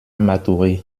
matoury